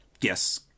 yes